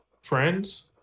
friends